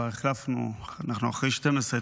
אנחנו אחרי 24:00,